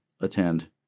attend